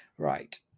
Right